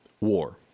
War